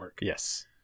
yes